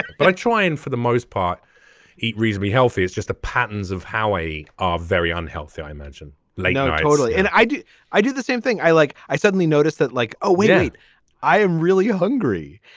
but i try and for the most part eat reasonably healthy it's just the patterns of how a are very unhealthy. i mentioned like no i totally and i do i do the same thing. i like i suddenly notice that like a weight. i am really hungry.